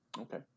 Okay